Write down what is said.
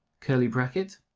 curly bracket.